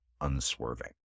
unswerving